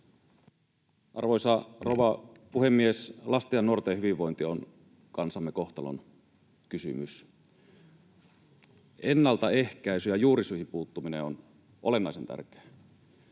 Arvoisa rouva puhemies! Lasten ja nuorten hyvinvointi on kansamme kohtalonkysymys. Ennaltaehkäisy ja juurisyihin puuttuminen on olennaisen tärkeää.